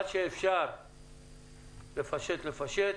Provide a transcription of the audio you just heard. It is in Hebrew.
מה שאפשר לפשט לפשט.